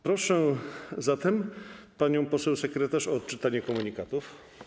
Proszę zatem panią poseł sekretarz o odczytanie komunikatów.